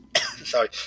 Sorry